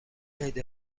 عید